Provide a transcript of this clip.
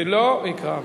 לא, יקרא.